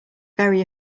very